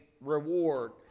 reward